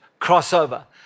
crossover